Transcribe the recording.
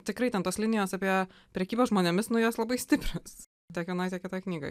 tikrai ten tos linijos apie prekybą žmonėmis nu jos labai stiprios tiek vienoj tiek kitoj knygoj